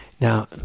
Now